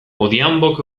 odhiambok